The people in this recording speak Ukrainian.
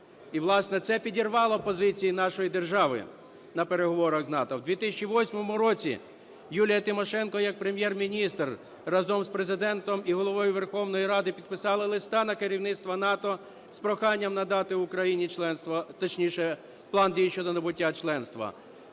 І, власне, це підірвало позиції нашої держави на переговорах з НАТО. В 2008 році Юлія Тимошенко як Прем’єр-міністр разом з Президентом і Головою Верховної Ради підписала листа на керівництво НАТО з проханням надати Україні членство… точніше, План дій щодо набуття членства.